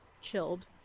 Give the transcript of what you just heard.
chilled